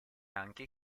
anche